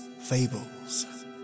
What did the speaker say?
Fables